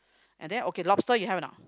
and then okay lobster you have or not